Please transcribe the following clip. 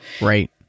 Right